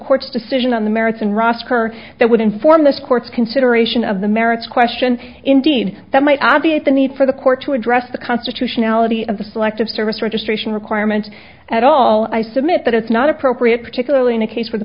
court's decision on the merits and roster that would inform this court's consideration of the merits question indeed that might obviate the need for the court to address the constitutionality of the selective service registration requirement at all i submit that it's not appropriate particularly in a case where the